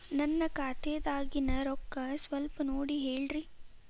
ನನ್ನ ಖಾತೆದಾಗಿನ ರೊಕ್ಕ ಸ್ವಲ್ಪ ನೋಡಿ ಹೇಳ್ರಿ